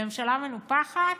לממשלה מנופחת?